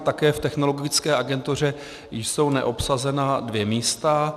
Také v Technologické agentuře jsou neobsazená dvě místa.